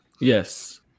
Yes